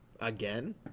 again